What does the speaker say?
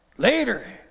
Later